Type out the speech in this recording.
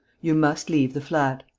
you must leave the flat!